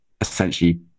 essentially